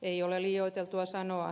ei ole liioiteltua sanoa